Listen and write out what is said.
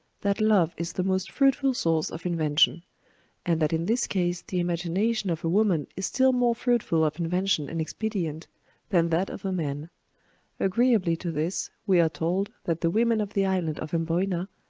that love is the most fruitful source of invention and that in this case the imagination of a woman is still more fruitful of invention and expedient than that of a man agreeably to this, we are told, that the women of the island of amboyna,